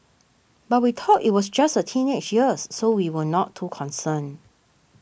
but we thought it was just her teenage years so we were not too concerned